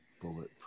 bulletproof